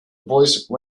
voice